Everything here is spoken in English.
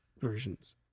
versions